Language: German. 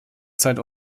zeit